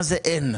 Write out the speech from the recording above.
מה זה אין?